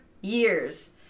years